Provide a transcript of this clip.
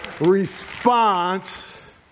response